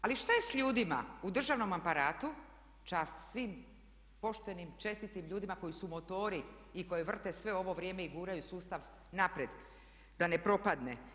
Ali što je sa ljudima u državnom aparatu, čast svim poštenim, čestitim ljudima koji su motori i koji vrte sve ovo vrijeme i guraju sustav naprijed da ne propadne?